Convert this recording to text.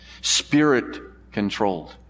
Spirit-controlled